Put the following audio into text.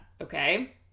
okay